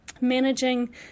managing